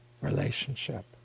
relationship